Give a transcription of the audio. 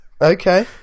okay